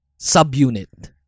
subunit